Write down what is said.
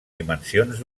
dimensions